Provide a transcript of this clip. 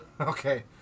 Okay